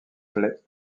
plaît